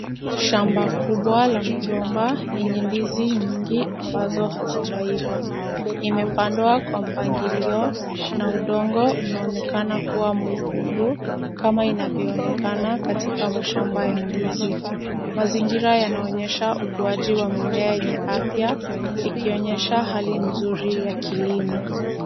Shamba kubwa la migomba yenye ndizi nyingi ambazo hazijaiva. Imepandwa kwa mpangilio na udongo unaonekana kuwa mwekundu kama inavyoonekana katika mashamba ya ndizi. Mazingira yanaonyesha ukuaji wa mimea yenye afya ikionyesha hali nzuri ya kilimo.